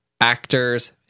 actors